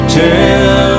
tell